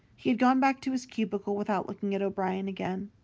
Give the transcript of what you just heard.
he had gone back to his cubicle without looking at o'brien again.